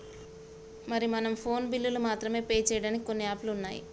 మరి మనం ఫోన్ బిల్లులు మాత్రమే పే చేయడానికి కొన్ని యాప్లు ఉన్నాయి